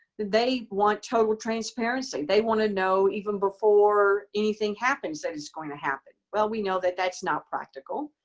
they want total transparency. they want to know even before anything happens that it's going to happen. well, we know that that's not practical.